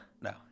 No